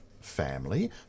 family